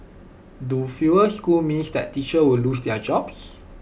do fewer schools mean that teachers will lose their jobs